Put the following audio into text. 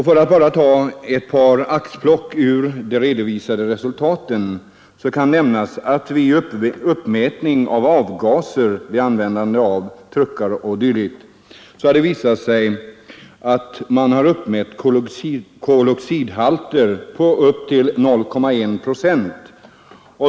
För att bara ta ett par axplock ur de redovisade resultaten kan jag nämna att det vid uppmätning av avgaser vid användande av truckar o. d. har visat sig att man har kunnat uppmäta koloxidhalter på upp till 0,1 procent.